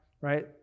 right